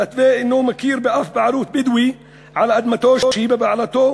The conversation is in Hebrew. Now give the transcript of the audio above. המתווה אינו מכיר בשום בעלות של בדואי על אדמתו שהיא בבעלותו